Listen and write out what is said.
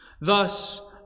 Thus